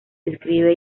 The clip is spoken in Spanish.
escribe